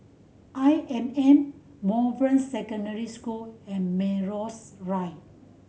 I M M Bowen Secondary School and Melrose Drive